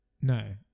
No